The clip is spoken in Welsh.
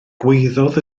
gwaeddodd